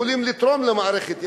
יכולים לתרום למערכת,